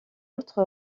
autre